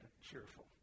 cheerful